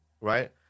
right